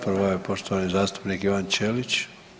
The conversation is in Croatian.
Prva je poštovani zastupnik Ivan Ćelić.